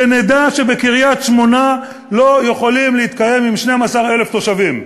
שנדע שבקריית-שמונה לא יכולים להתקיים עם 12,000 תושבים,